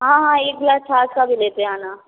हाँ हाँ एक ग्लास छाछ का भी लेते आना